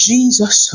Jesus